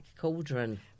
Cauldron